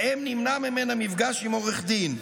שבהם נמנע ממנה מפגש עם עורך דין.